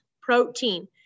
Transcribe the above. protein